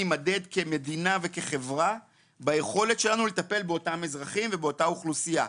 נימדד כמדינה וכחברה ביכולת שלנו לטפל באותם אזרחים ובאותה אוכלוסייה.